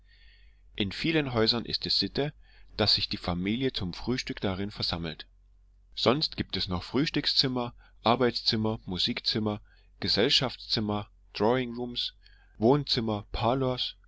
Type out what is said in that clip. in vielen häusern ist es sitte daß die familie sich zum frühstück darin versammelt sonst gibt es noch frühstückszimmer arbeitszimmer musikzimmer gesellschaftszimmer drawingrooms wohnzimmer